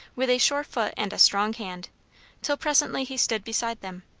with a sure foot and a strong hand till presently he stood beside them.